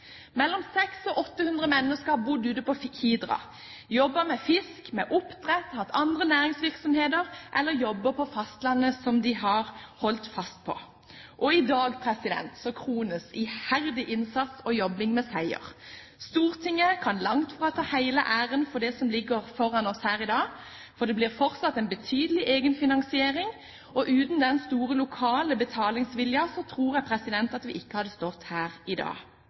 Mellom 600 og 800 mennesker bodde ute på Hidra, der de jobbet med fisk, oppdrett eller annen næringsvirksomhet eller hadde jobber på fastlandet som de hadde holdt fast på. I dag krones iherdig innsats og jobbing med seier. Stortinget kan langt fra ta hele æren for det som ligger foran oss her i dag, for det blir fortsatt en betydelig egenfinansiering, og uten den store lokale betalingsviljen tror jeg ikke at vi hadde stått her i dag.